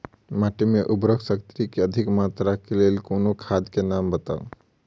माटि मे उर्वरक शक्ति केँ अधिक मात्रा केँ लेल कोनो खाद केँ नाम बताऊ?